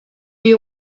you